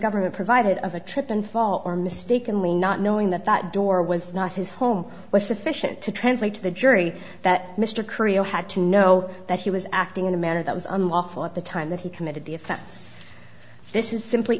government provided of a trip and fall or mistakenly not knowing that that door was not his home was sufficient to translate to the jury that mr currier had to know that he was acting in a manner that was unlawful at the time that he committed the offense this is simply